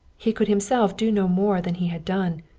he could himself do no more than he had done.